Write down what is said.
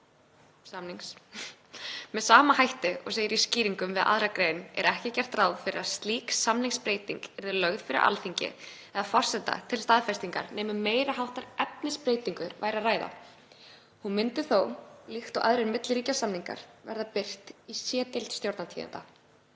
Með sama hætti og segir í skýringum við 2. gr. er ekki gert ráð fyrir að slík samningsbreyting yrði lögð fyrir Alþingi eða forseta til staðfestingar nema um meiri háttar efnisbreytingu væri að ræða. Hún myndi þó, líkt og aðrir milliríkjasamningar, verða birt í C-deild Stjórnartíðinda.“